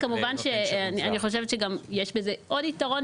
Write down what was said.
אני חושבת שגם יש בזה עוד יתרון,